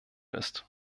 ist